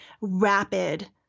rapid